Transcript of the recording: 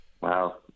Wow